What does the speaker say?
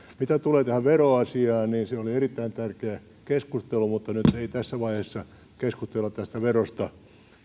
mitä tulee tähän veroasiaan niin se oli erittäin tärkeä keskustelu mutta nyt ei tässä vaiheessa keskustella tästä verosta